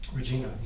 Regina